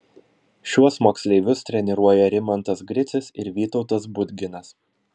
šiuos moksleivius treniruoja rimantas gricius ir vytautas budginas